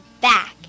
back